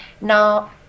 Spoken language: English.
Now